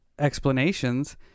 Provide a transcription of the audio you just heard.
Explanations